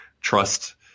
trust